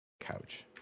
couch